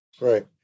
Right